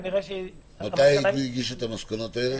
מתי הגישו את המסקנות האלה?